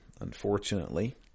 Unfortunately